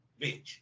Bitch